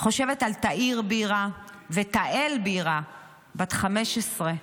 חושבת על תאיר בירה ותהל בירה בת ה-15,